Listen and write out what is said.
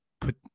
put